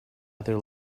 other